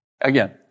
Again